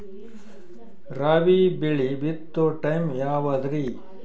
ರಾಬಿ ಬೆಳಿ ಬಿತ್ತೋ ಟೈಮ್ ಯಾವದ್ರಿ?